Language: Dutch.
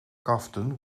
kaften